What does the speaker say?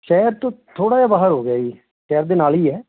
ਸ਼ਹਿਰ ਤੋਂ ਥੋੜ੍ਹਾ ਜਿਹਾ ਬਾਹਰ ਹੋ ਗਿਆ ਜੀ ਸ਼ਹਿਰ ਦੇ ਨਾਲ ਹੀ ਹੈ